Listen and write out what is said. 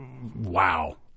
Wow